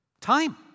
Time